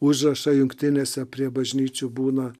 užrašą jungtinėse prie bažnyčių būna